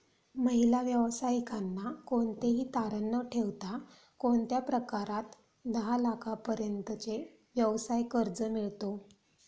महिला व्यावसायिकांना कोणतेही तारण न ठेवता कोणत्या प्रकारात दहा लाख रुपयांपर्यंतचे व्यवसाय कर्ज मिळतो?